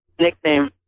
nickname